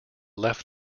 left